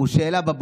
השאלה,